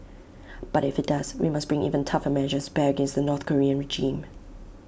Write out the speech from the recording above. but if IT does we must bring even tougher measures bear against the north Korean regime